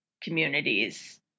communities